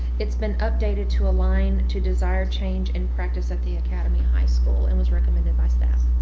it's been updated to align to desire change and practice at the academy high school and was recommended by staff.